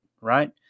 right